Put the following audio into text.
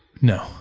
No